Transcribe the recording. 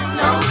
no